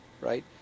Right